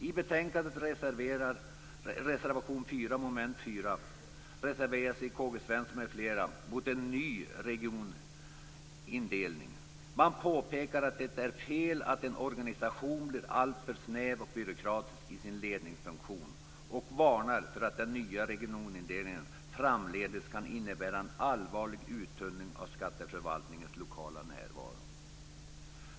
I betänkandet reserverar sig Karl-Gösta Svenson m.fl. - reservation 4 avseende mom. 4 - mot en ny regionindelning. Man påpekar att det är fel att en organisation blir alltför snäv och byråkratisk i sin ledningsfunktion och varnar för att den nya regionindelningen framdeles kan innebära en allvarlig uttunning av skatteförvaltningens lokala närvaro.